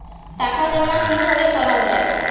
টাকা জমা কিভাবে করা য়ায়?